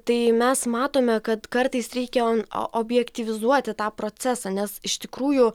tai mes matome kad kartais reikia on objektyvizuoti tą procesą nes iš tikrųjų